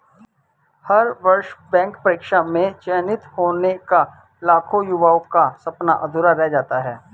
हर वर्ष बैंक परीक्षा में चयनित होने का लाखों युवाओं का सपना अधूरा रह जाता है